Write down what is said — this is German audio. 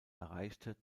erreichte